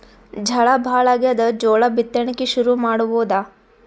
ಝಳಾ ಭಾಳಾಗ್ಯಾದ, ಜೋಳ ಬಿತ್ತಣಿಕಿ ಶುರು ಮಾಡಬೋದ?